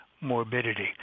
morbidity